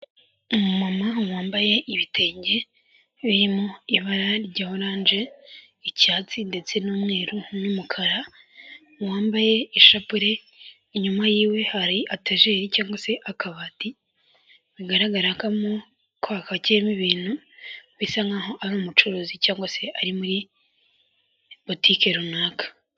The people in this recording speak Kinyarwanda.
Umumama wambaye ibitenge birimo ibara rya orange, icyatsi, ndetse n'umweru n'umukara wambaye ishapure. Inyuma yiwe hari etajeri cyangwa se akabati bigaragara ko mo hapakiyemo ibintu, bigaragara nk'aho ari umucuruzi cyangwa se ari muri butike runaka.